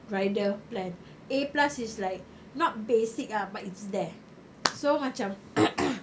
rider plan A plus is like not basic ah but it's there so macam